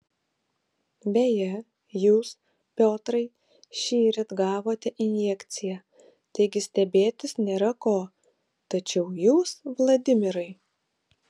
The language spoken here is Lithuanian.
beje jūs piotrai šįryt gavote injekciją taigi stebėtis nėra ko tačiau jūs vladimirai